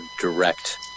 direct